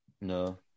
No